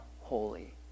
holy